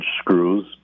screws